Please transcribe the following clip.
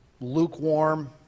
lukewarm